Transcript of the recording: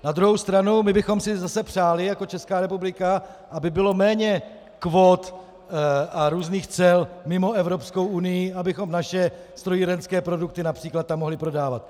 Na druhou stranu my bychom si zase jako Česká republika přáli, aby bylo méně kvót a různých cel mimo Evropskou unii, abychom naše strojírenské produkty například tam mohli prodávat.